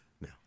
Now